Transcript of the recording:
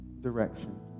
direction